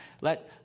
Let